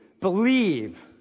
believe